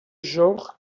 genre